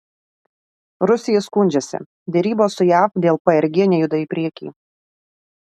rusija skundžiasi derybos su jav dėl prg nejuda į priekį